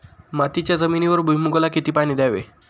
मातीच्या जमिनीवर भुईमूगाला किती पाणी द्यावे?